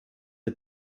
the